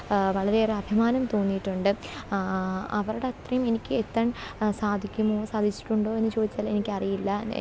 വളരെയേറെ അഭിമാനം തോന്നിയിട്ടുണ്ട് അവരുടത്രയും എനിക്കെത്താൻ സാധിക്കുമൊ സാധിച്ചിട്ടുണ്ടൊ എന്നു ചോദിച്ചാലെനിക്കറിയില്ല